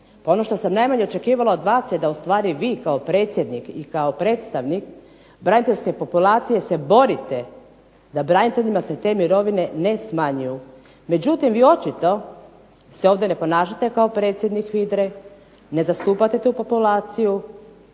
Pa ono što sam najmanje očekivala od vas je da ustvari vi kao predsjednik i kao predstavnik braniteljske populacije se borite da braniteljima se te mirovine ne smanjuju, međutim vi očito se ovdje ne ponašate kao predsjednik HVIDRA-e, ne zastupate tu populaciju,